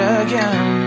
again